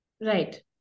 Right